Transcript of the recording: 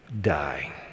die